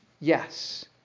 yes